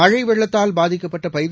மழைவெள்ளத்தால் பாதிக்கப்பட்டபயிர்